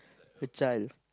a child